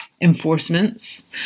enforcements